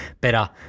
better